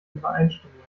übereinstimmung